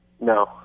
No